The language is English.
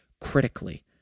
critically